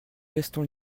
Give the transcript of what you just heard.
restons